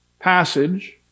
passage